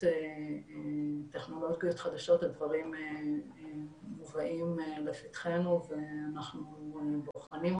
טכנולוגיות חדשות הדברים מובאים לפתחנו ואנחנו בוחנים אותם.